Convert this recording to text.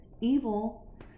evil